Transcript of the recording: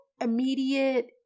immediate